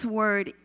word